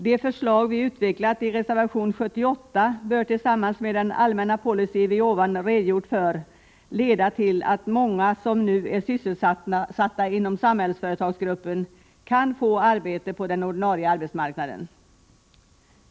Det förslag vi utvecklat i reservation 78 bör tillsammans med den allmänna policy vi redogjort för leda till att många som nu är sysselsatta inom Samhällsföretagsgruppen kan få arbete på den ordinarie arbetsmarknaden.